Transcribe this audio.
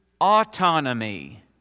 autonomy